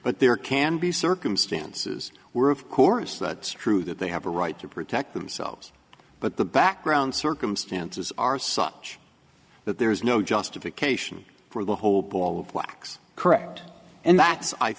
but there can be circumstances where of course that's true that they have a right to protect themselves but the background circumstances are such that there is no justification for the whole ball of wax correct and that